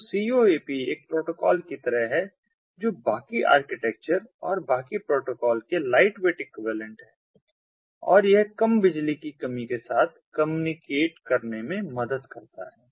तो CoAP एक protocol की तरह है जो बाकी आर्किटेक्चर और बाकी प्रोटोकॉल के लाइटवेट इक्विवेलेंट है और यह कम बिजली की कमी के साथ कम्युनिकेट करने में मदद करता है